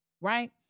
right